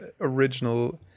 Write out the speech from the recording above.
original